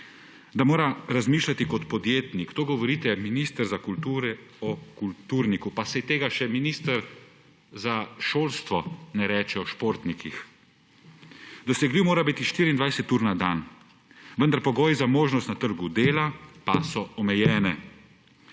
da mora razmišljati kot podjetnik, to govorite minister za kulturo o kulturniku. Pa saj tega še minister za šolstvo ne reče o športnikih! Dosegljiv mora biti 24 ur na dan, pogoji za možnost na trgu dela pa so omejeni.